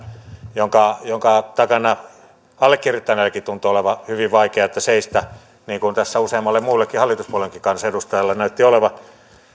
jonka jonka takana allekirjoittaneellakin tuntuu olevan hyvin vaikeata seistä niin kuin tässä useammalla muullakin hallituspuolueenkin kansanedustajalla näytti olevan